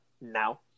now